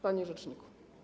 Panie Rzeczniku!